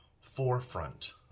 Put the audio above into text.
forefront